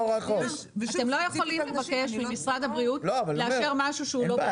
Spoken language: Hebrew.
אתם לא יכולים לבקש ממשרד הבריאות לאשר משהו שהוא לא...